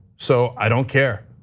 so i don't care.